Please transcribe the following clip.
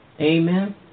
Amen